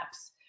apps